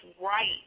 right